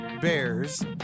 Bears